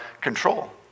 control